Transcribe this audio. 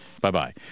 Bye-bye